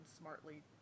smartly